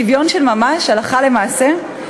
שוויון של ממש הלכה למעשה?